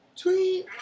tweet